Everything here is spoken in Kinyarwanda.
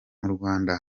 murwanda